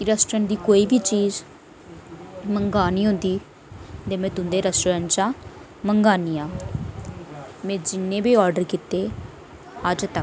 कि रैस्टोरैंट दी कोई बी चीज मंगानी होंदी ते में तुं'दे रैस्टोरैंट च मंगानी आं में जिन्ने बी आर्डर कीते अजतक